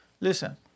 listen